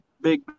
Big